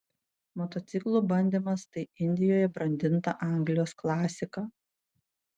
motociklų bandymas tai indijoje brandinta anglijos klasika